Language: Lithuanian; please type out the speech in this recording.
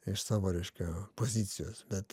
iš savo reiškia pozicijos bet